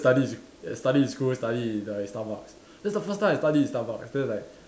study in s~ study in school study in like Starbucks this the first time I study in Starbucks then like